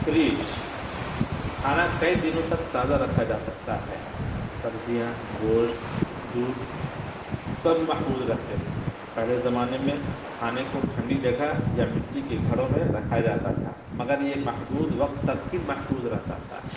fridge کھانا کئی دنوں تک تازہ رکھا جا سکتا ہے سبزیاں گوشت دودھ سب محفوظ رہتے ہیں اور پہلے زمانے میں کھانے کو ٹھنڈی جگہ یا مٹی کے گھڑوں میں رکھا جاتا تھا مگر یہ محدود وقت تک ہی محفوظ رہتا تھا